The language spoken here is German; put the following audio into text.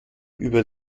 über